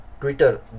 Twitter